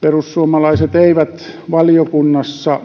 perussuomalaiset eivät valiokunnassa